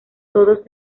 todos